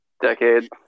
decade